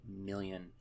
million